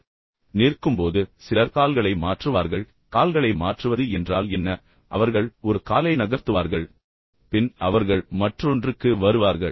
எனவே நிற்கும்போது சிலர் கால்களை மாற்றுவார்கள் கால்களை மாற்றுவது என்றால் என்ன எனவே அவர்கள் ஒரு காலை நகர்த்துவார்கள் பின்னர் அவர்கள் மற்றொன்றுக்கு வருவார்கள்